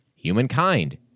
Humankind